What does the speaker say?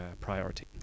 priority